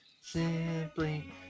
simply